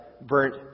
burnt